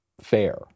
fair